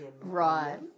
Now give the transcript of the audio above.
Right